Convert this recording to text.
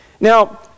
Now